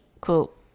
quote